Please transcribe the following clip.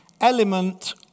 element